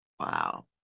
Wow